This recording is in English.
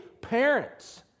parents